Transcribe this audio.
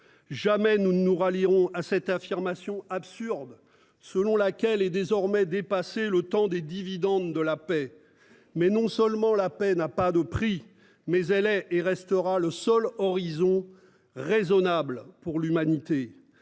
Jamais nous ne nous rallierons à cette affirmation absurde selon laquelle est désormais dépassé le temps des dividendes de la paix. Mais non seulement la paix n'a pas de prix mais elle est et restera le seul horizon raisonnable pour l'humanité.